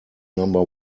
number